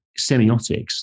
semiotics